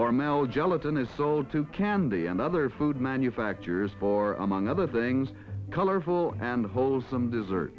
for mel gelatin is sold to candy and other food manufactures for among other things colorful and wholesome dessert